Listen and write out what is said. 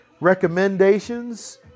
recommendations